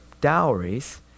dowries